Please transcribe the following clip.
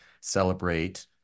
celebrate